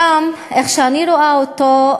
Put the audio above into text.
איך שאני רואה אותו,